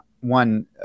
one